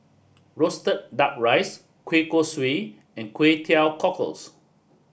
Roasted Duck Rice Kueh Kosui and Kway Teow Cockles